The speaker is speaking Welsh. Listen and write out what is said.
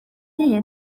dyn